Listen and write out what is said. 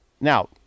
now